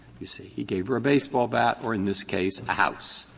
you see, he gave her a baseball bat or in this case a house.